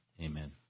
Amen